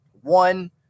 one